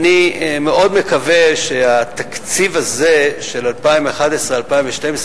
אני מאוד מקווה שהתקציב הזה של 2011 ו-2012,